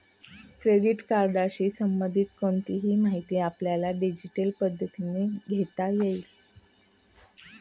credit कार्डशी संबंधित कोणतीही माहिती आपल्याला डिजिटल पद्धतीने घेता येईल